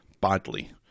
Badly